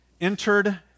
entered